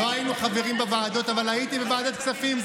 לא היינו חברים בוועדות, אבל הייתי בוועדת הכספים.